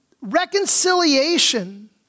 reconciliation